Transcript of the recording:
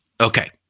Okay